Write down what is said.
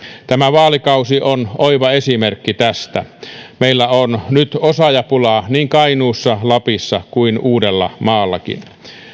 tämä vaalikausi on oiva esimerkki tästä meillä on nyt osaajapulaa niin kainuussa lapissa kuin uudellamaallakin